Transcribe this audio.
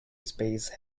space